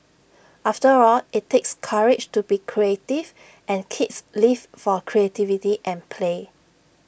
after all IT takes courage to be creative and kids live for creativity and play